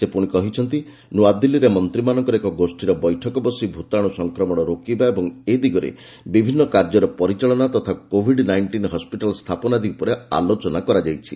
ସେ ପୁଣି କହିଛନ୍ତି ଆକି ନ୍ତଆଦିଲ୍ଲୀରେ ମନ୍ତ୍ରୀମାନଙ୍କର ଏକ ଗୋଷ୍ଠୀର ବୈଠକ ବସି ଭୂତାଣୁ ସଂକ୍ରମଣ ରୋକିବା ଓ ଏ ଦିଗରେ ବିଭିନ୍ନ କାର୍ଯ୍ୟର ପରିଚାଳନା ତଥା କୋଭିଡ୍ ନାଇଣ୍ଟିନ୍ ହସ୍କିଟାଲ୍ ସ୍ଥାପନ ଆଦି ଉପରେ ଆଲୋଚନା କରାଯାଇଛି